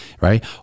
right